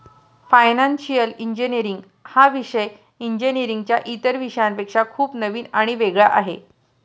financial engineering हा विषय इंजिनीअरिंगच्या इतर विषयांपेक्षा खूप नवीन आणि वेगळा आहे